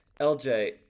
LJ